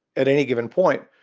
at any given point,